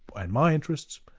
and my interests,